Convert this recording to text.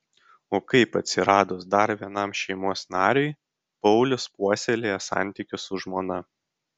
o kaip atsiradus dar vienam šeimos nariui paulius puoselėja santykius su žmona